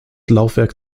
laufwerk